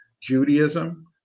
Judaism